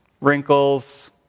wrinkles